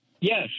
Yes